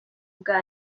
bwa